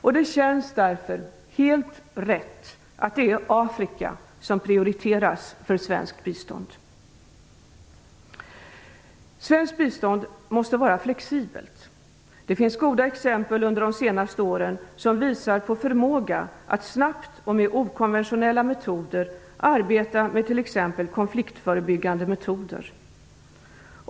Därför känns det helt rätt att det är Svenskt bistånd måste vara flexibelt. Det finns goda exempel under de senaste åren som visar på förmåga att snabbt och med okonventionella metoder arbeta med t.ex. konfliktförebyggande åtgärder.